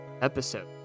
episode